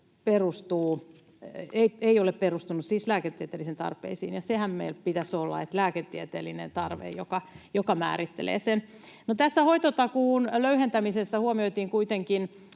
ei ole perustunut siis lääketieteellisiin tarpeisiin. Ja niinhän meillä pitäisi olla, että on lääketieteellinen tarve, joka määrittelee sen. No, tässä hoitotakuun löyhentämisessä huomioitiin kuitenkin